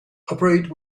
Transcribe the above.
operate